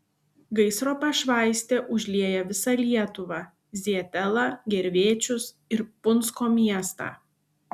gaisro pašvaistė užlieja visą lietuvą zietelą gervėčius ir punsko miestą